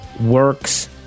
works